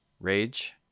Rage